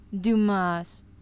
Dumas